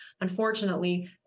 unfortunately